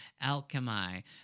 alchemy